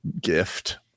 gift